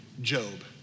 Job